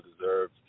deserved